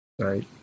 right